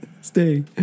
stay